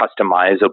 customizable